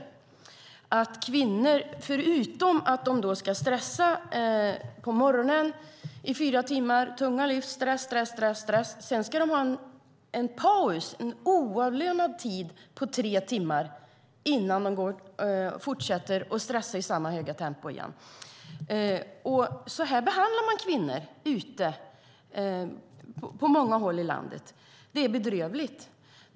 Förutom att kvinnor ska stressa i fyra timmar på morgonen - det är tunga lyft och stress, stress, stress - ska de ha en paus, en oavlönad tid, på tre timmar innan de fortsätter att stressa i samma höga tempo igen. Så behandlar man kvinnor på många håll i landet. Det är bedrövligt.